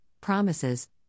Promises